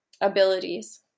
abilities